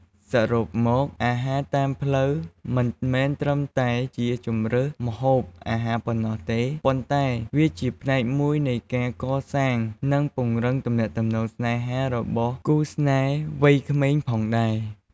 សរុបមក អាហារតាមផ្លូវមិនមែនត្រឹមតែជាជម្រើសម្ហូបអាហារប៉ុណ្ណោះទេ ប៉ុន្តែវាជាផ្នែកមួយនៃការកសាង និងពង្រឹងទំនាក់ទំនងស្នេហារបស់គូស្នេហ៍វ័យក្មេងផងដែរ។